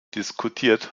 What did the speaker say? diskutiert